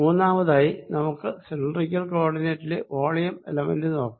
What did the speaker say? മൂന്നാമതായി നമുക്ക് സിലിണ്ടറിക്കൽ കോ ഓർഡിനേറ്റിലെ വോളിയം എലമെന്റ് നോക്കാം